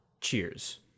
cheers